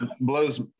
blows